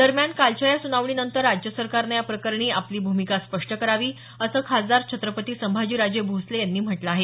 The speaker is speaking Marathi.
दरम्यान कालच्या या सुनावणीनंतर राज्य सरकारनं या प्रकरणी आपली भूमिका स्पष्ट करावी असं खासदार छत्रपती संभाजीराजे भोसले यांनी म्हटलं आहे